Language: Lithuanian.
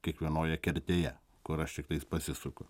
kiekvienoje kertėje kur aš tiktais pasisuku